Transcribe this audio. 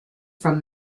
from